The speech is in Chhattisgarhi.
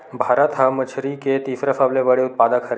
भारत हा मछरी के तीसरा सबले बड़े उत्पादक हरे